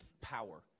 power